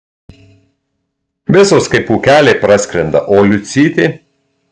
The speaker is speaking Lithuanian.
visos kaip pūkeliai praskrenda o liucytė